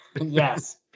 yes